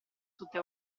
tutta